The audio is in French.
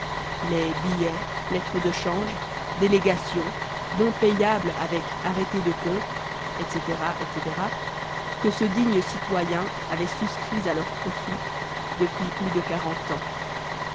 les billets lettres de changes délégations bons payables avec arrêtés de compte etc etc que ce digne citoyen avait souscrits à leur profit depuis plus de quarante ans